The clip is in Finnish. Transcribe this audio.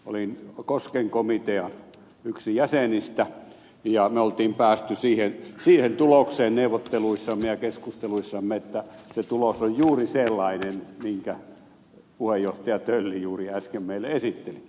olin kosken komitean yksi jäsenistä ja me olimme päässeet siihen tulokseen neuvotteluissamme ja keskusteluissamme että se tulos on juuri sellainen minkä puheenjohtaja tölli juuri äsken meille esitteli